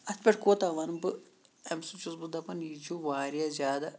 اَتھ پٮ۪ٹھ کوتاہ وَنہٕ بہٕ اَمہِ سۭتۍ چھُس بہٕ دَپان یہِ چھُ واریاہ زیادٕ